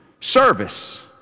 Service